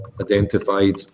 identified